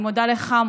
אני מודה לך,